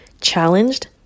challenged